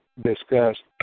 discussed